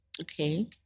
Okay